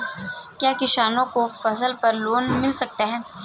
क्या किसानों को फसल पर लोन मिल सकता है?